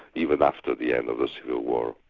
even after the end of the civil war.